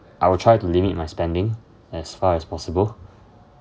I will try to limit my spending as far as possible